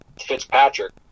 Fitzpatrick